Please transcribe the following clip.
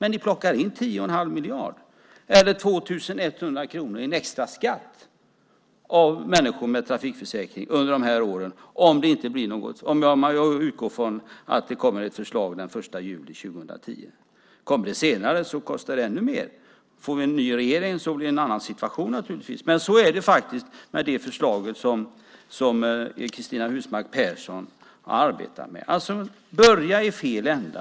Ni plockar in 10 1⁄2 miljard eller 2 100 kronor i en extra skatt av människor med trafikförsäkring under de här åren om man utgår från att det kommer ett förslag den 1 juli 2010. Kommer det senare blir det ännu mer. Får vi en ny regering blir situationen en annan naturligtvis. Men så är det faktiskt med det förslag som Cristina Husmark Pehrsson arbetar med. Man börjar i fel ände.